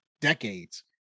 decades